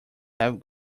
have